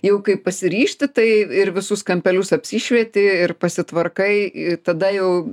jau kai pasiryžti tai ir visus kampelius apsišvieti ir pasitvarkai i tada jau